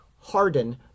harden